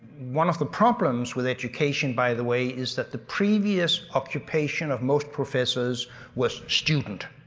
one of the problems with education, by the way, is that the previous occupation of most professors was student,